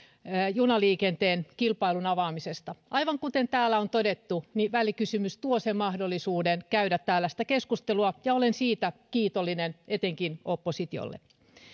junaliikenteen kilpailun avaamisesta aivan kuten täällä on todettu välikysymys tuo mahdollisuuden käydä täällä sitä keskustelua ja olen siitä kiitollinen etenkin oppositiolle